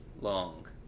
long